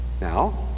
Now